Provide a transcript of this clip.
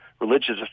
religious